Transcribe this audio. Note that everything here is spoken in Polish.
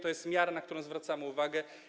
To jest miara, na którą zwracamy uwagę.